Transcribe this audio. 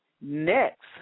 Next